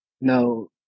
No